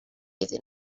iddyn